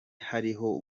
hariho